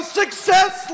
success